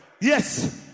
Yes